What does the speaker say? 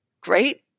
great